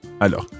Alors